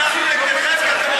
אנחנו נגדכם כי אתם הורסים את המדינה.